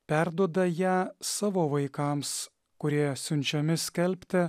perduoda ją savo vaikams kurie siunčiami skelbti